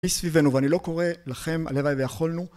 מסביבנו ואני לא קורא לכם הלוואי ויכולנו